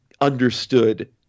understood –